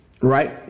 right